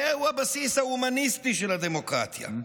זהו הבסיס ההומניסטי של הדמוקרטיה.